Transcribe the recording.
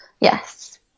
Yes